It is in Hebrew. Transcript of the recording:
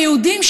היהודים,